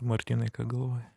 martynai ką galvoji